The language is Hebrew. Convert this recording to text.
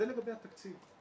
זה לגבי התקציב.